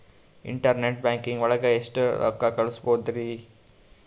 Internet banking ಒಳಗೆ ಎಷ್ಟ್ ರೊಕ್ಕ ಕಲ್ಸ್ಬೋದ್ ರಿ?